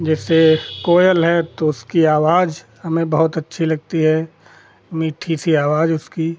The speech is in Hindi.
जैसे कोयल है तो उसकी आवाज़ हमें बहुत अच्छी लगती है मीठी सी आवाज़ उसकी